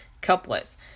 couplets